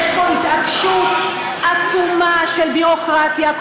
יש פה התעקשות אטומה של ביורוקרטיה,